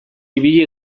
ibili